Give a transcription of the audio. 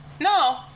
No